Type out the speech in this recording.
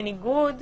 בניגוד